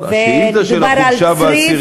השאילתה שלך הוגשה ב-10,